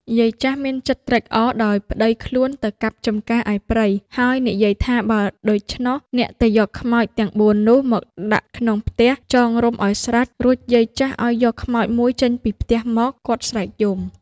យាយចាស់ មានចិត្តត្រេកអរ ដោយប្តីខ្លួនទៅកាប់ចម្ការឯព្រៃ ហើយនិយាយថា "បើដូច្នោះ អ្នកទៅយកខ្មោចទាំង ៤ នោះមកដាក់ក្នុងផ្ទះ ចងរុំឲ្យស្រេច " រួចយាយចាស់ឲ្យយកខ្មោច ១ ចេញពីផ្ទះមក គាត់ស្រែកយំ ។